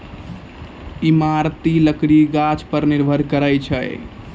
इमारती लकड़ी गाछ पर निर्भर करै छै